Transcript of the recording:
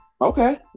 Okay